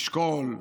אשכול,